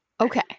Okay